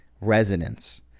resonance